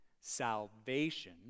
salvation